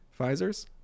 Pfizers